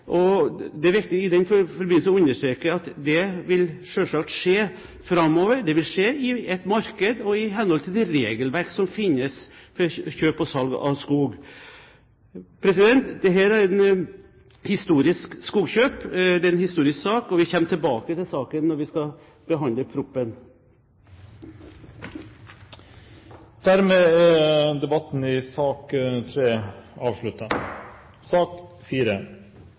Det er viktig i den forbindelse å understreke at det selvsagt vil skje framover. Det vil skje i et marked og i henhold til det regelverk som finnes for kjøp og salg av skog. Dette er et historisk skogkjøp, det er en historisk sak, og vi kommer tilbake til saken når vi skal behandle proposisjonen. Dermed er debatten i sak